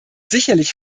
sicherlich